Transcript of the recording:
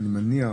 אני מניח